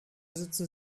sitzen